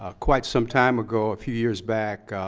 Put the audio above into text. ah quite some time ago, a few years back,